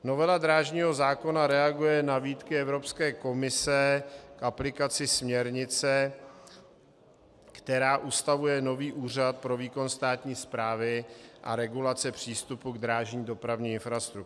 Novela drážního zákona reaguje na výtky Evropské komise k aplikaci směrnice, která ustavuje nový úřad pro výkon státní správy a regulace přístupu k drážní dopravní infrastruktuře.